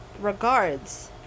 regards